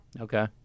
Okay